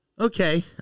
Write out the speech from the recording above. Okay